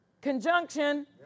conjunction